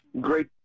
Great